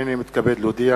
הנני מתכבד להודיע,